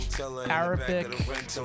Arabic